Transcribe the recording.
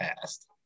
past